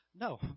No